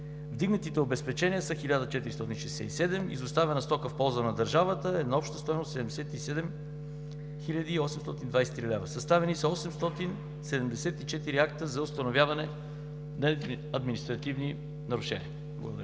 Вдигнатите обезпечения са 1467. Изоставена стока в полза на държавата е на обща стойност 77 хил. 823 лв. Съставени са 874 акта за установяване на административни нарушения. Благодаря